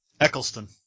Eccleston